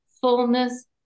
fullness